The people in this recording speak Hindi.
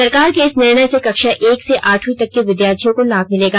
सरकार के इस निर्णय से कक्षा एक से आठंवी तक के विद्यार्थियों को लाभ मिलेगा